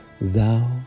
Thou